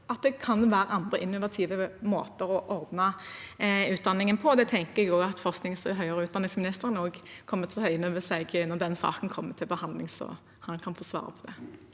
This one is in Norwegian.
at det kan være andre innovative måter å ordne utdanningen på. Det tenker jeg at forsknings- og høyere utdanningsministeren kommer til å ta inn over seg når den saken kommer til behandling, så han kan få svare på det.